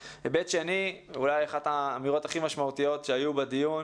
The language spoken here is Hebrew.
אולי אחת האמירות הכי משמעותיות שהיו בדיון,